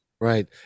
Right